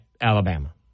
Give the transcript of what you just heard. Alabama